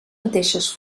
mateixes